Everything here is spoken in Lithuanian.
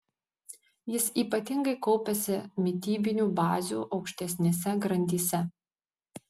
jis ypatingai kaupiasi mitybinių bazių aukštesnėse grandyse